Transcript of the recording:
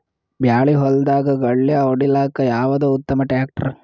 ಬಾಳಿ ಹೊಲದಾಗ ಗಳ್ಯಾ ಹೊಡಿಲಾಕ್ಕ ಯಾವದ ಉತ್ತಮ ಟ್ಯಾಕ್ಟರ್?